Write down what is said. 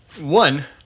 One